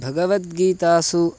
भगवद्गीतासु